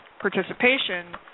participation